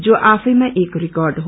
जो आफैमा एक रेर्कड हो